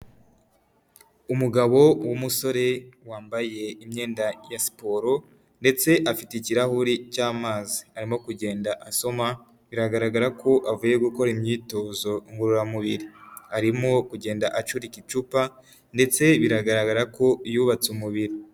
Umugabo w'umusore wambaye imyenda ya siporo, ndetse afite ikirahuri cy'amazi arimo kugenda asoma, biragaragara ko avuye gukora imyitozo ngororamubiri, arimo kugenda acurika icupa, ndetse biragaragara ko yubatse umubiri.